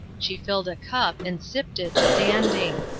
she filled a cup, and sipped it, standing.